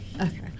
Okay